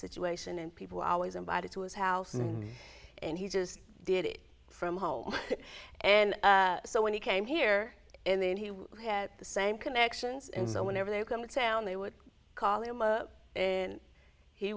situation and people always invited to his house and he just did it from home and so when he came here and then he had the same connections and so whenever they're going to sound they would call him up and he